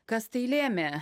kas tai lėmė